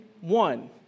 one